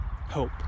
hope